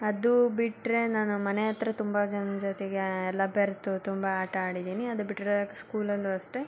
ಅದು ಬಿಟ್ಟರೆ ನಾನು ಮನೆ ಹತ್ರ ತುಂಬ ಜನ್ರ ಜೊತೆಗೆ ಎಲ್ಲ ಬೆರೆತು ತುಂಬ ಆಟ ಆಡಿದ್ದೀನಿ ಅದು ಬಿಟ್ಟರೆ ಸ್ಕೂಲಲ್ಲೂ ಅಷ್ಟೆ